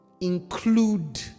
include